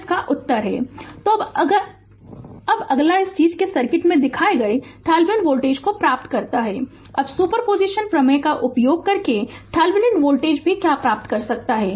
Refer Slide Time 2458 तो अब अगला इस चीज़ के सर्किट में दिखाए गए थेवेनिन वोल्टेज को प्राप्त करता है अब सुपर पोजिशन प्रमेय का उपयोग करके थेवेनिन वोल्टेज भी क्या प्राप्त कर सकता है